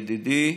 ידידי,